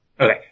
Okay